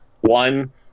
one